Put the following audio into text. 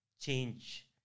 change